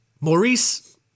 Maurice